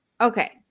Okay